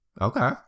Okay